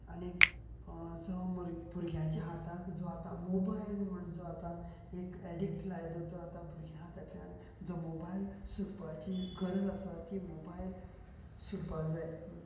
आनीक जाव मूर भुरग्यांच्या हाताक जो आता मोबायल म्हण जो आतां एक एडिक्ट लायलो तो आतां भुरग्या हातांतल्यान जो मोबायल सुटपाची गरज आसा ती मोबायल सुटपाक जाय